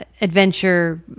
adventure